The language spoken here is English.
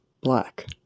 black